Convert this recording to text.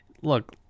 Look